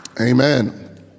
amen